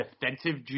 defensive